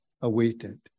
awaited